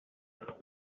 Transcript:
hun